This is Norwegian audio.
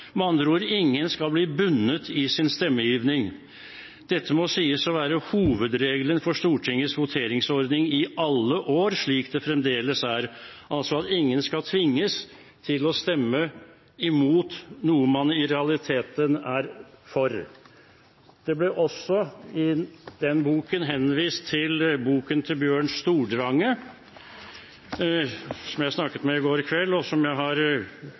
ingen skal bli bundet i sin stemmegivning. Dette må sies å være hovedregelen for Stortingets voteringsordning i alle år, slik det fremdeles er». Altså: Ingen skal tvinges til å stemme imot noe man i realiteten er for. Det blir i den boken også henvist til boken til Bjørn Stordrange, som jeg snakket med i går kveld, og jeg har